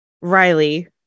riley